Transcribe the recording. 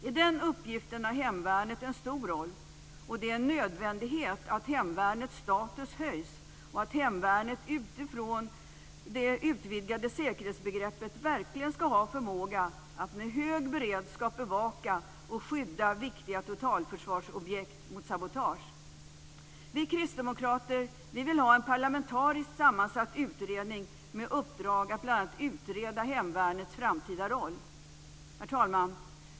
I den uppgiften har hemvärnet en stor roll. Det är en nödvändighet att hemvärnets status höjs och att hemvärnet utifrån det utvidgade säkerhetsbegreppet verkligen ska ha förmåga att med hög beredskap bevaka och skydda viktiga totalförsvarsobjekt mot sabotage. Vi kristdemokrater vill ha en parlamentariskt sammansatt utredning med uppdrag att bl.a. utreda hemvärnets framtida roll. Herr talman!